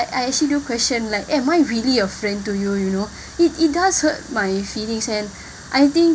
I actually do question like am I really a friend to you you know it it does hurt my feelings and I think